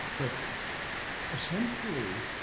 but essentially,